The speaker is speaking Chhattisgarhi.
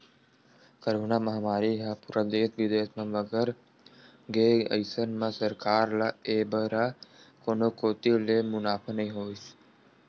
करोना महामारी ह पूरा देस बिदेस म बगर गे अइसन म सरकार ल ए बेरा कोनो कोती ले मुनाफा नइ होइस